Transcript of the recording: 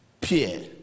peer